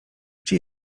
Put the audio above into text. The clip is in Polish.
gdzie